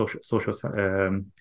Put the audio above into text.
social